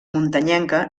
muntanyenca